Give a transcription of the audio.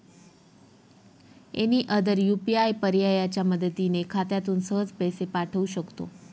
any other UPI पर्यायाच्या मदतीने खात्यातून सहज पैसे पाठवू शकतो